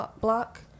block